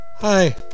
Hi